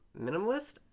minimalist